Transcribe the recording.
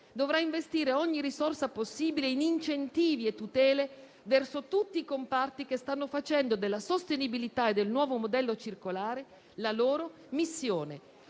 dovrà investire ogni risorsa possibile in incentivi e tutele verso tutti i comparti che stanno facendo della sostenibilità e del nuovo modello circolare la loro missione.